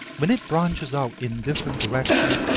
when it branches out in different directions,